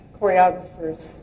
choreographers